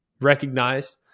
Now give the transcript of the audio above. recognized